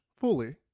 fully